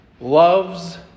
loves